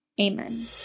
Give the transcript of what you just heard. Amen